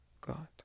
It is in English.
God